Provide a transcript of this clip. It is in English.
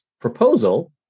proposal